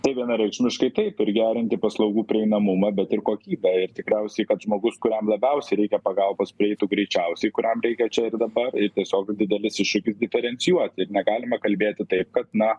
tai vienareikšmiškai taip ir gerinti paslaugų prieinamumą bet ir kokybę ir tikriausiai kad žmogus kuriam labiausiai reikia pagalbos prieitų greičiausiai kuriam reikia čia ir dabar ir tiesiog didelis iššūkis diferencijuoti ir negalima kalbėti taip kad na